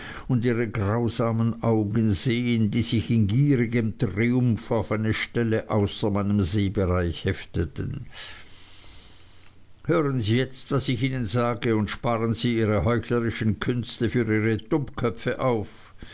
und ihre grausamen augen sehen die sich in gierigem triumph auf eine stelle außer meinem sehbereich hefteten hören sie jetzt was ich ihnen sage und sparen sie ihre heuchlerischen künste für ihre dummköpfe auf